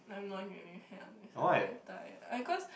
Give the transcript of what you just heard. I don't really hear because I am really tired like cause